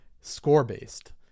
score-based